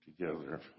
together